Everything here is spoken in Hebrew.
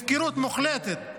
הפקרות מוחלטת.